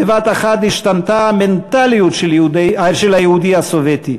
בבת-אחת השתנתה המנטליות של היהודי הסובייטי,